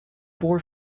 bore